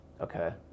okay